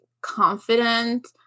confident